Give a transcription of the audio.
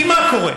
כי מה קורה,